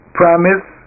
promise